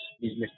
business